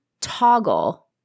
toggle